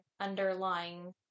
underlying